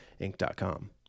Inc.com